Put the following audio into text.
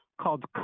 called